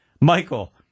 Michael